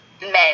men